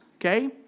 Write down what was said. okay